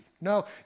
No